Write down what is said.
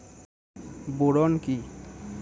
Boron কি?